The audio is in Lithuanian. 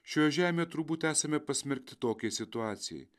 šioje žemėje turbūt esame pasmerkti tokiai situacijai